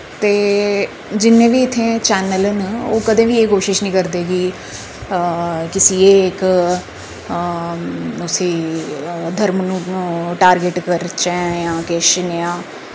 ते जिन्ने बी इत्थै चैनल न ओह् कदें बी एह् कोशिश निं करदे कि किसी एक उस्सी धर्म नूं टारगेट करचै जां किश नेआ